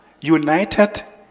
united